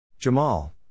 Jamal